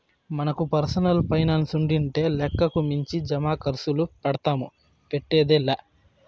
మనకు పర్సనల్ పైనాన్సుండింటే లెక్కకు మించి జమాకర్సులు పెడ్తాము, పెట్టేదే లా